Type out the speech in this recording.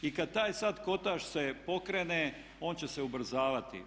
I kad taj sad kotač se pokrene on će se ubrzavati.